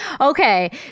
okay